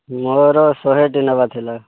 ମୋର ଶହେ ଟି ନେବାର ଥିଲା